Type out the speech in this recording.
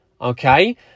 okay